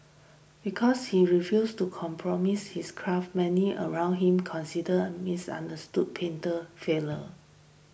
because he refused to compromise his craft many around him considered and misunderstood painter failure